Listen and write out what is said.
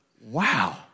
wow